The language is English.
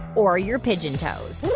or your pigeon toes.